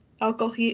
alcohol